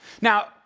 Now